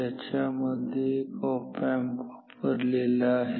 ज्याच्या मध्ये एक ऑप एम्प वापरलेला आहे